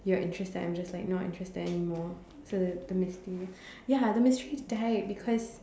you're interested I'm just like not interested anymore so the the mystery ya the mystery died because